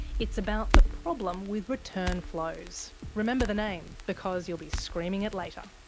it's about the problem with return flows. remember the name, because you'll be screaming it later.